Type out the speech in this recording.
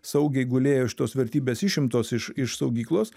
saugiai gulėjo šitos vertybės išimtos iš iš saugyklos